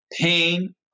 pain